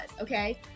okay